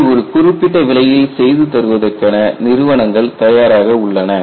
இதை ஒரு குறிப்பிட்ட விலையில் செய்து தருவதற்கென நிறுவனங்கள் தயாராக உள்ளன